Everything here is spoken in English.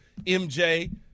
MJ